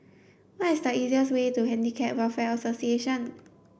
what is the easiest way to Handicap Welfare Association